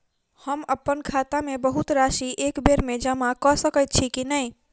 हम अप्पन खाता मे बहुत राशि एकबेर मे जमा कऽ सकैत छी की नै?